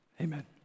Amen